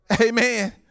Amen